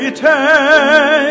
take